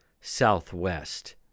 southwest